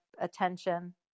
attention